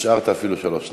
השארת אפילו שלוש שניות.